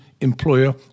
employer